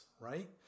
right